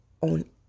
on